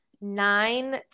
nine